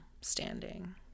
standing